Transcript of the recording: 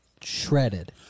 shredded